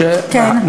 כן.